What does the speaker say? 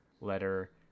letter